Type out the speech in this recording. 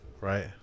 right